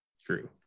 True